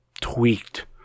tweaked